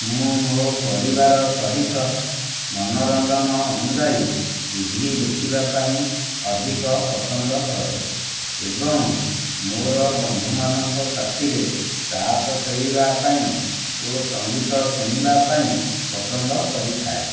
ମୁଁ ମୋ ପରିବାର ସହିତ ମନୋରଞ୍ଜନ ଅନୁଯାୟୀ ଟିଭି ଦେଖିବା ପାଇଁ ଅଧିକ ପସନ୍ଦ କରେ ଏବଂ ମୋର ବନ୍ଧୁ ମାନଙ୍କ ସାଥିରେ ତାଶ ଖେଳିବା ପାଇଁ ଓ ସଙ୍ଗୀତ ଶୁଣିବା ପାଇଁ ପସନ୍ଦ କରିଥାଏ